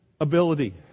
ability